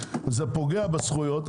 זה פוגע בזכויות,